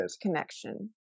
connection